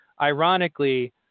ironically